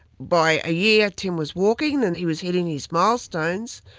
by a year tim was walking and he was hitting his milestones,